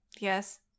Yes